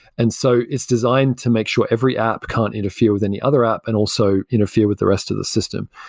and so it's designed to make sure every app can't interfere with any other app, and also interfere with the rest of the system.